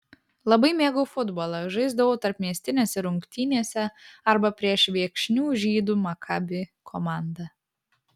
labai mėgau futbolą žaisdavau tarpmiestinėse rungtynėse arba prieš viekšnių žydų makabi komandą